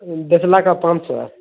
دیسلا کا پانچ سو ہے